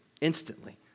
instantly